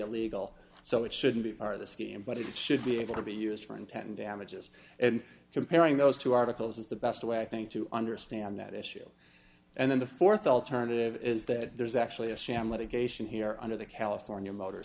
illegal so it shouldn't be part of the scheme but it should be able to be used for intent and damages and comparing those two articles is the best way i think to understand that issue and then the th alternative is that there's actually a sham litigation here under the california motor